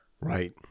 Right